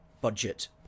budget